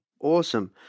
Awesome